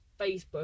facebook